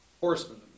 horsemen